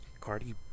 Cardi